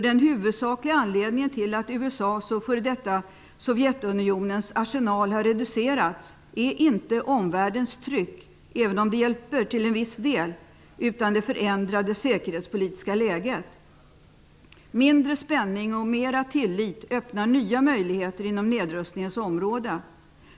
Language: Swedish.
Den huvudsakliga anledningen till att USA:s och f.d. Sovjetunionens arsenal har reducerats är inte omvärldens tryck, även om det hjälper till en viss del, utan det förändrade säkerhetspolitiska läget. Mindre spänning och mera tillit öppnar nya möjligheter inom nedrustningens område.